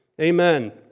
Amen